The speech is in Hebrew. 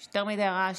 יש יותר מדי רעש